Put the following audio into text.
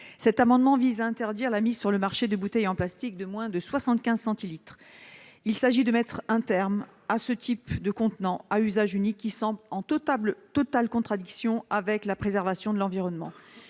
Cet amendement vise à interdire la mise sur le marché de bouteilles en plastique de moins de 75 centilitres. Il s'agit de mettre un terme à ce type de contenant à usage unique, qui semble en totale contradiction avec la préservation de l'environnement.